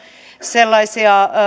sellaisia